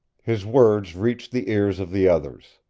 his words reached the ears of the others.